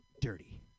Dirty